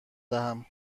دهم